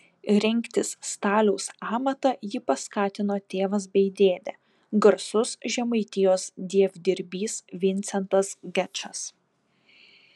rinktis staliaus amatą jį paskatino tėvas bei dėdė garsus žemaitijos dievdirbys vincentas gečas